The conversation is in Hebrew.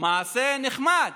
מעשה נחמד,